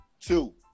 Two